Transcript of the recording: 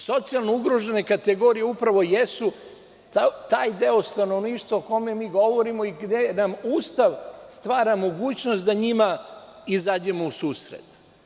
Socijalno ugrožene kategorije upravo jesu taj deo stanovništva o kome mi govorimo i gde nam Ustav stvara mogućnost da njima izađemo u susret.